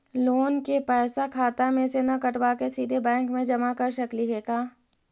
Loan के पैसा खाता मे से न कटवा के सिधे बैंक में जमा कर सकली हे का?